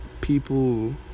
people